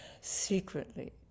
secretly